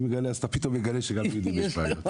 ופתאום אתה מגלה שגם ליהודים יש בעיות.